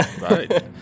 Right